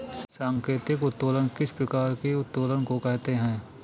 सांकेतिक उत्तोलन किस प्रकार के उत्तोलन को कहते हैं?